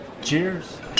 Cheers